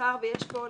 ומאחר ויש פה,